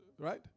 right